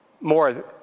more